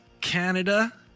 Canada